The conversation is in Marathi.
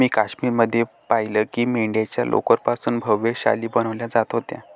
मी काश्मीर मध्ये पाहिलं की मेंढ्यांच्या लोकर पासून भव्य शाली बनवल्या जात होत्या